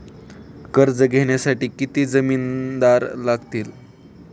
कर्ज घेण्यासाठी किती जामिनदार लागतील?